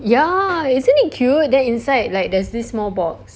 ya isn't it cute then inside like there's this small box